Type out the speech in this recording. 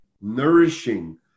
nourishing